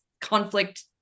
conflict